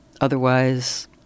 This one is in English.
Otherwise